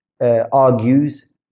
Argues